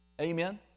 Amen